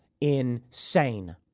insane